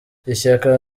ishyaka